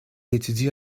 étudie